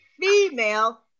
female